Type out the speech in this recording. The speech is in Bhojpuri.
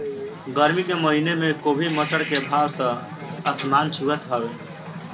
गरमी के महिना में गोभी, मटर के भाव त आसमान छुअत हवे